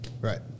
Right